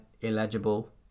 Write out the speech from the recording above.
illegible